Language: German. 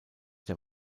der